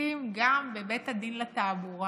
שופטים גם בבית הדין לתעבורה,